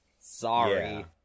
sorry